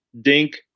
Dink